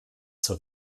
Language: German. zur